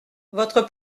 votre